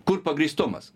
kur pagrįstumas